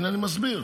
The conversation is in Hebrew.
הינה, אני מסביר.